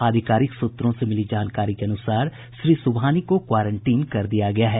आधिकारिक सूत्रों से मिली जानकारी के अनुसार श्री सुबहानी को क्वारेंटीन कर दिया गया है